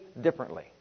differently